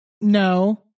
no